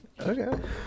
Okay